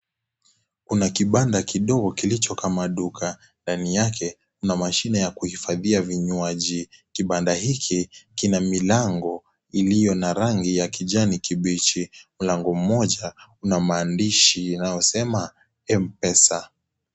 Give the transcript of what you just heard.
Kuna kibanda kidogo kilicho kama duka. Ndani yake kuna mashine ya kuhifadhia vinywaji. Kibanda hiki kina milango iliyo na rangi ya kijani kibichi. Mlango moja una maandishi inayosema, Mpesa.